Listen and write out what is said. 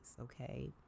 okay